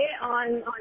on